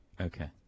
Okay